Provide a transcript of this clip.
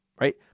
right